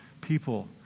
people